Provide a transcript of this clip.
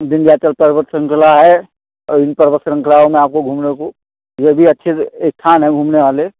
विंध्याचल पर्वत शृंखला है इन पर्वत शृंखलाओं में आपको घूमने को जो भी अच्छे से स्थान हैं घूमने वाले